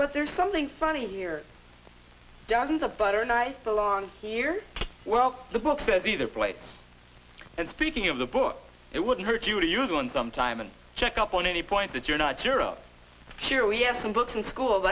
but there's something funny here dozens of butter knife along here well the book for the their plate and speaking of the book it wouldn't hurt you to use one sometime and check up on any point that you're not sure of here we have some books and cool